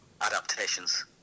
adaptations